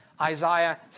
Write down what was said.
Isaiah